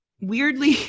Weirdly